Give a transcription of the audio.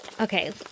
Okay